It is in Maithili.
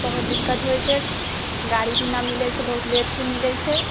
बहुत दिक्कत होइ छै गाड़ी भी नहि मिलै छै बहुत लेटसँ मिलै छै